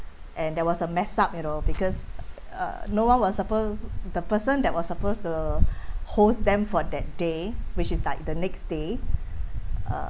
and there was a mess up you know because uh no one was supposed the person that was supposed to host them for that day which is like the next day